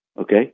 Okay